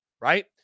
Right